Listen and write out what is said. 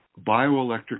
bioelectric